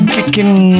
Kicking